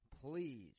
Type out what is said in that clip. please